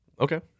Okay